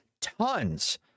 tons